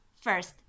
First